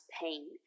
pain